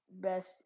best